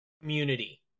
community